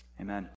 Amen